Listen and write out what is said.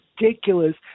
ridiculous